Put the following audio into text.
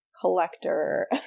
collector